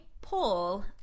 Paul